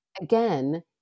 again